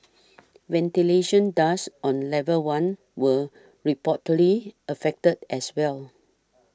ventilation ducts on level one were reportedly affected as well